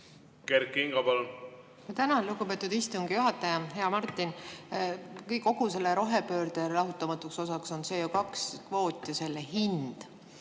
tohi teha. Tänan, lugupeetud istungi juhataja! Hea Martin! Kogu rohepöörde lahutamatuks osaks on CO2kvoot ja selle hind.